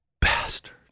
bastard